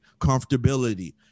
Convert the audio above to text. comfortability